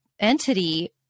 entity